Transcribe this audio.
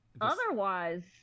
otherwise